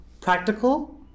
practical